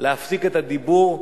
להפסקת הדיבור הכפול.